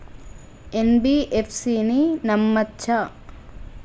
NBFC ని నమ్మచ్చా?